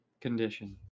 condition